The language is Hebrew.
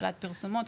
הגבלת פרסומות,